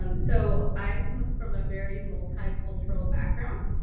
um so i come from a very multi-cultural background.